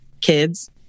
kids